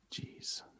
Jeez